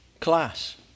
class